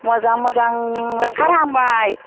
मोजां मोजां ओंखार हांबाय